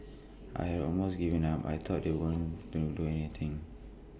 I had almost given up I thought they weren't do to do anything